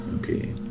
Okay